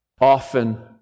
often